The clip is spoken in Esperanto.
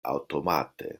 aŭtomate